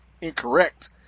incorrect